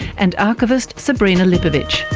and archivist sabrina lipovic.